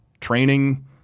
training